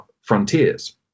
frontiers